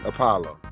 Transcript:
Apollo